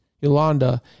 Yolanda